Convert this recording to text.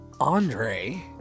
Andre